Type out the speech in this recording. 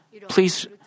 please